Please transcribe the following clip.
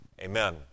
amen